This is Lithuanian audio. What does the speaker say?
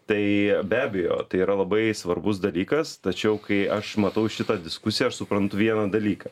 tai be abejo tai yra labai svarbus dalykas tačiau kai aš matau šitą diskusiją aš suprantu vieną dalyką